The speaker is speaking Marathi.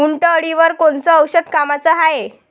उंटअळीवर कोनचं औषध कामाचं हाये?